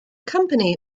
company